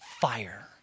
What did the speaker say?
fire